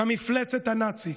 כמפלצת הנאצית.